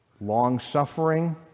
long-suffering